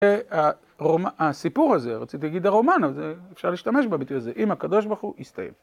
הסיפור הזה, רציתי להגיד הרומן, אפשר להשתמש בביטוי הזה, עם הקדוש ברוך הוא הסתיים.